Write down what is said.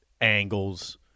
Angles